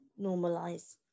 normalize